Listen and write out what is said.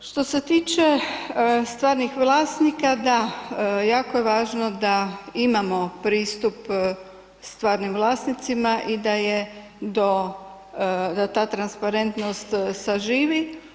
Što se tiče stvarnih vlasnika, da, jako je važno da imamo pristup stvarnim vlasnicima i da je do, da ta transparentnost saživi.